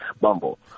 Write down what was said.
bumble